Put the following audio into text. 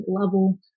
level